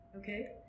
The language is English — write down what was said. Okay